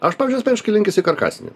aš pavyzdžiui asmeniškai linkęs į karkasinį